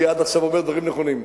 האם עד עכשיו אני אומר דברים נכונים?